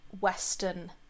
Western